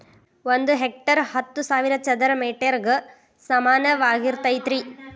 ಒಂದ ಹೆಕ್ಟೇರ್ ಹತ್ತು ಸಾವಿರ ಚದರ ಮೇಟರ್ ಗ ಸಮಾನವಾಗಿರತೈತ್ರಿ